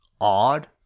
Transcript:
odd